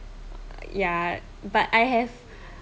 ya but I have